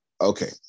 Okay